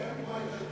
אין כמו איתן כבל.